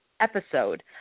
episode